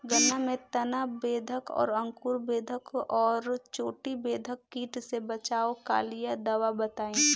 गन्ना में तना बेधक और अंकुर बेधक और चोटी बेधक कीट से बचाव कालिए दवा बताई?